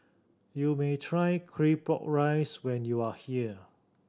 you may try Claypot Rice when you are here